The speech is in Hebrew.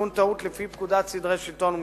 תיקון טעות לפי פקודת סדרי השלטון והמשפט,